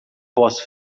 posso